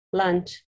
lunch